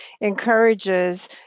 encourages